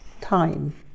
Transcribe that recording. Time